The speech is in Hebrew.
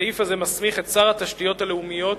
התשנ"ד 1994,